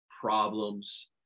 problems